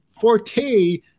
forte –